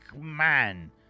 Man